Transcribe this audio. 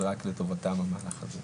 זה רק לטובתם המהלך הזה.